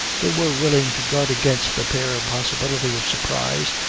they were willing to guard against the bare possibility of surprise,